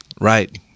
Right